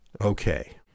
Okay